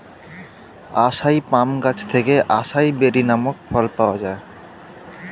আসাই palm গাছ থেকে acai berry নামক ফল পাওয়া যায়